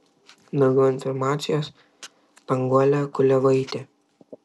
daugiau informacijos danguolė kuliavaitė